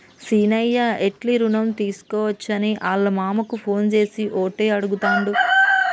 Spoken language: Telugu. సీనయ్య ఎట్లి రుణం తీసుకోవచ్చని ఆళ్ళ మామకు ఫోన్ చేసి ఓటే అడుగుతాండు